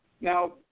Now